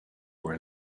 were